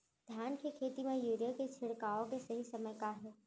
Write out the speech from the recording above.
धान के खेती मा यूरिया के छिड़काओ के सही समय का हे?